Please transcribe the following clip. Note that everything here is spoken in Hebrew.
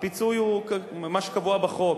הפיצוי ממש קבוע בחוק: